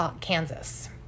Kansas